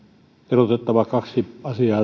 erotettava kaksi